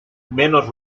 menos